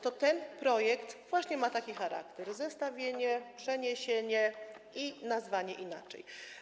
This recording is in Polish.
Ten projekt właśnie ma taki charakter: zestawienie, przeniesienie i nazwanie inaczej.